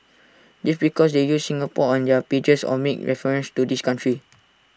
just because they use Singapore on their pages or make references to this country